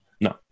No